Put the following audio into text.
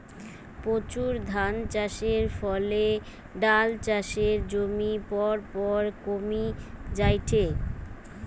প্রচুর ধানচাষের ফলে ডাল চাষের জমি পরপর কমি জায়ঠে